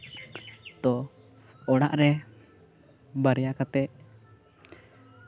ᱛᱚ ᱚᱲᱟᱜ ᱨᱮ ᱵᱟᱨᱭᱟ ᱠᱟᱛᱮᱫ